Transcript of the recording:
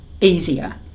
easier